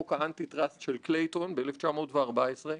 את זה גם אפרופו הימים הנוכחיים שאנחנו חיים בהם